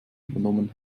übernommen